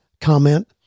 comment